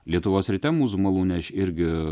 lietuvos ryte mūzų malūne aš irgi